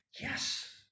Yes